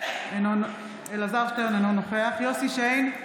אינו נוכח יוסף שיין,